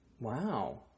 Wow